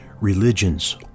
Religions